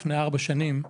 לפני ארבע שנים,